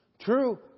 True